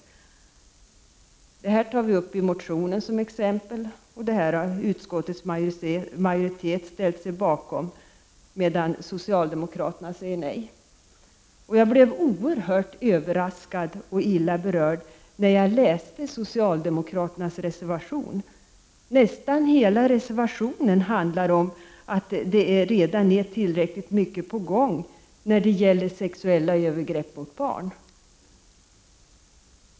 Sådana exempel tar vi upp i motionen, och allt detta har utskottets majoritet ställt sig bakom, medan socialdemokraterna sagt nej. Jag blev oerhört överraskad och illa berörd när jag läste socialdemokraternas reservation. Nästan hela reservationen handlar om att det redan är tillräckligt mycket på gång när det gäller åtgärder mot sexuella övergrepp mot barn.